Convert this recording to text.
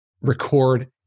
record